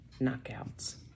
Knockouts